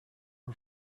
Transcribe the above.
her